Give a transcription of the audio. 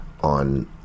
on